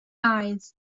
eyes